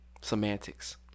Semantics